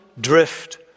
drift